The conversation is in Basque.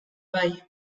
bai